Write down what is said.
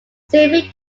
several